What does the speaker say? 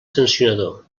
sancionador